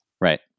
right